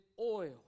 oil